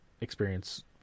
experience